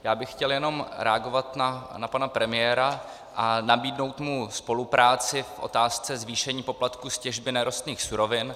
Já bych chtěl jenom reagovat na pana premiéra a nabídnout mu spolupráci v otázce zvýšení poplatků z těžby nerostných surovin.